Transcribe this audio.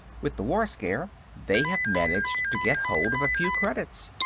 with the war scare they have managed to get hold of a few credits.